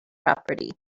property